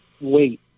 wait